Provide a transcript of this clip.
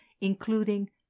including